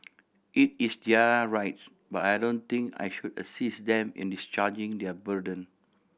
it is their right but I don't think I should assist them in discharging their burden